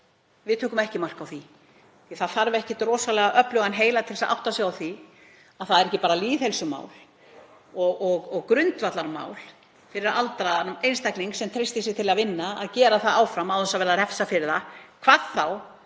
við tökum ekki mark á því, því að það þarf ekkert rosalega öflugan heila til að átta sig á því að það er ekki bara lýðheilsumál og grundvallarmál fyrir aldraðan einstakling, sem treystir sér til að vinna, að geta gert það áfram án þess að vera refsað fyrir það, hvað þá